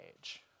age